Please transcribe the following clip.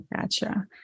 Gotcha